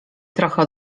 trochę